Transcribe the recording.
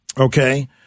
okay